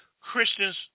Christians